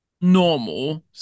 normal